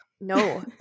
No